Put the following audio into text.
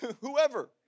whoever